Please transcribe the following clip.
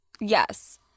Yes